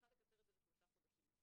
מצליחה לקצר את זה לשלושה חודשים.